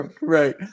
Right